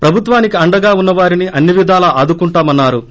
ప్రభుత్వానికి అండగా ఉన్న వారిని అన్ని విధాలా ఆదుకుంటామన్నా రు